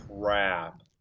crap